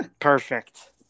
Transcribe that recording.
perfect